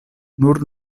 nur